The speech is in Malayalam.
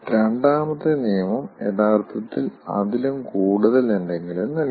രണ്ടാമത്തെ നിയമം യഥാർത്ഥത്തിൽ അതിലും കൂടുതൽ എന്തെങ്കിലും നൽകുന്നു